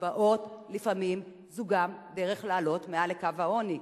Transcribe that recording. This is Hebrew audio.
וקצבאות לפעמים זאת גם דרך לעלות מעל לקו העוני,